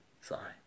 Sorry